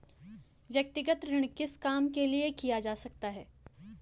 व्यक्तिगत ऋण किस काम के लिए किया जा सकता है?